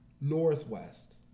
Northwest